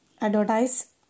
advertise